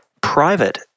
private